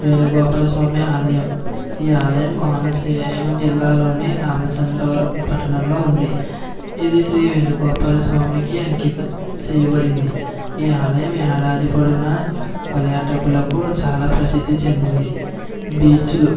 వేణుగోపాలస్వామి ఆలయం ఈ ఆలయం కోనసీమ జిల్లాలోని రామచంద్రవరం పట్టణంలో ఉంది ఇది శ్రీ వేణుగోపాలస్వామికి అంకితం చేయబడింది ఈ ఆలయం ఏడాది పొడుగునా పర్యాటకులకు చాలా ప్రసిద్ది చెందింది బీచ్లు